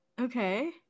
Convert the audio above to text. Okay